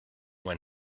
when